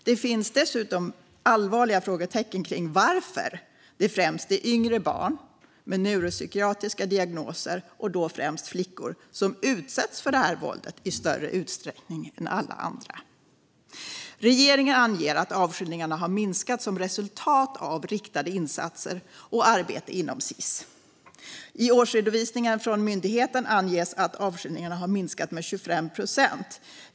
Det finns dessutom allvarliga frågetecken kring varför det främst är yngre barn med neuropsykiatriska diagnoser, och då främst flickor, som utsätts för detta våld i större utsträckning än alla andra. Regeringen anger att avskiljningarna har minskat som resultat av riktade insatser och arbete inom Sis. I årsredovisningen från myndigheten står det att avskiljningarna har minskat med 25 procent.